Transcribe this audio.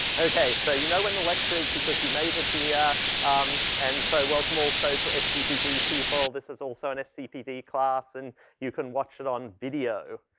okay. so you know when the lecture is because you made it here um and so welcome also to scpd people. this is also an scpd class and you can watch it on video.